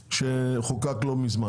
שחוקק לא מזמן.